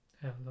Hello